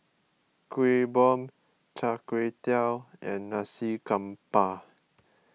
Kuih Bom Char Kway Teow and Nasi Campur